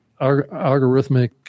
algorithmic